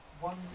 one